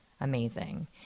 amazing